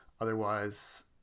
otherwise